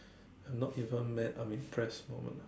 I am not even mad I am impress moment lah